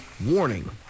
Warning